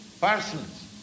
persons